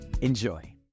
Enjoy